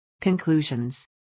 Conclusions